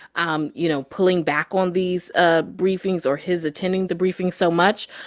um you know, pulling back on these ah briefings or his attending the briefing so much.